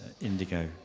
indigo